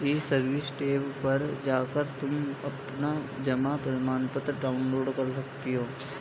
ई service tab पर जाकर तुम अपना जमा प्रमाणपत्र डाउनलोड कर सकती हो